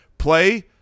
play